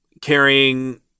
carrying